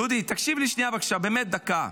דודי, הקשב לי שנייה, בבקשה, באמת דקה.